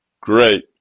great